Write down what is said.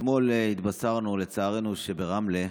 אתמול התבשרנו, לצערנו, שברמלה,